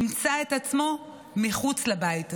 ימצא את עצמו מחוץ לבית הזה.